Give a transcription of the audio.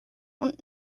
und